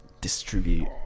distribute